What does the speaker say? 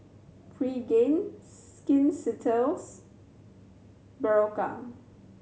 Pregain Skin Ceuticals Berocca